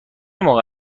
موقع